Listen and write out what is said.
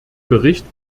bericht